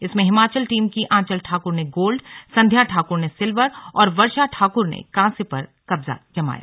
इसमें हिमाचल टीम की आंचल ठाकुर ने गोल्ड संध्या ठाकुर ने सिलवर और वर्षा ठाकुर ने कांस्य पर पर कब्जा जमाया